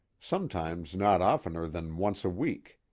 sometimes not oftener than once a week.